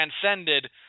transcended